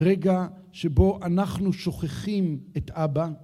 רגע שבו אנחנו שוכחים את אבא.